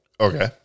okay